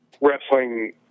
wrestling